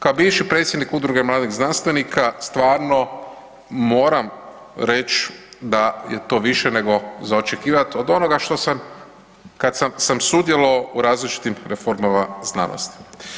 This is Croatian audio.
Kao bivši predsjednik Udruge mladih znanstvenika, stvarno moram reći da je to više nego za očekivati od onoga što sam, kad sam sudjelovao u različitim reformama znanosti.